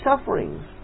sufferings